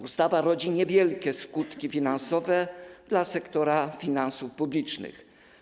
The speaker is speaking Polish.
Ustawa rodzi niewielkie skutki finansowe dla sektora finansów publicznych.